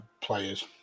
players